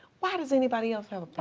why does anybody else have a